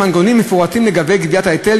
לגבי סכום בשווי המע"מ,